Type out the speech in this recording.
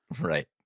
Right